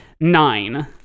nine